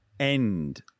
end